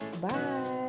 bye